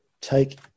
take